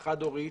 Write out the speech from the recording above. החד-הורית,